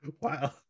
Wow